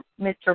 Mr